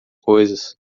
coisas